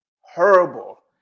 horrible